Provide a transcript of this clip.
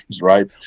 right